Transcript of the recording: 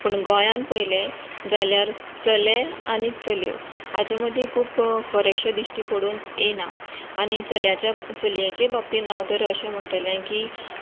पूण गोंयांत पयलें जाल्यार चले आनी चलयो हाचे मदीं खूब फरकशे दिश्टी पडून येयना आनी चल्याच्या चलयेच्या बाबतींत हांव तर अशें म्हणटलें की